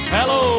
Hello